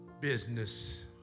business